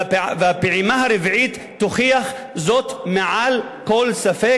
והפעימה הרביעית תוכיח זאת מעל כל ספק,